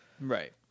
Right